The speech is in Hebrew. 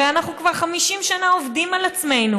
הרי אנחנו כבר 50 שנה עובדים על עצמנו